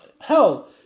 Hell